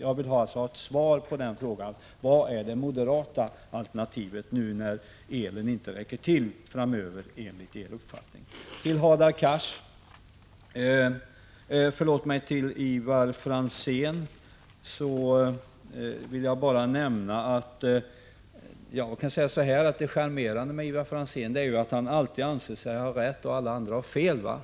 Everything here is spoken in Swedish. Jag vill alltså ha ett svar på frågan: Vad är det moderata alternativet när elen enligt er uppfattning inte räcker till framöver? Det charmerande med Ivar Franzén är att han alltid anser sig ha rätt och alla andra fel.